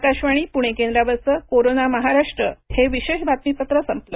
आकाशवाणी पुणे केंद्रावरच कोरोना महाराष्ट्र हे विशेष बातमीपत्र संपल